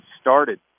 started